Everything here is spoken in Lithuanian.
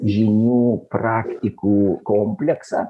žynių praktikų kompleksą